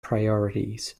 priorities